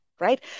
right